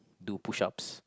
do push-ups